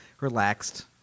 relaxed